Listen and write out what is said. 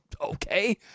Okay